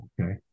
Okay